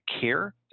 care